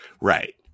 right